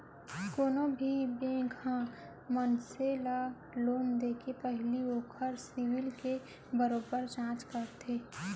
कोनो भी बेंक ह मनसे ल लोन देके पहिली ओखर सिविल के बरोबर जांच करथे